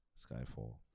Skyfall